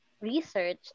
research